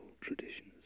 traditions